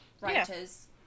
writers